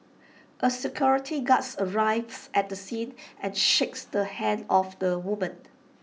A security guard arrives at the scene and shakes the hand of the woman